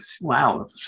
wow